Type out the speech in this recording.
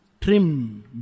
Trim